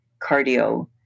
cardio